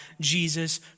Jesus